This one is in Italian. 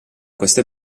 queste